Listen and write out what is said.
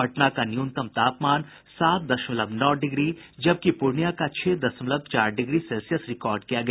पटना का न्यूनतम तापमान सात दशमलव नौ डिग्री जबकि पूर्णिया का छह दशमलव चार रिकार्ड किया गया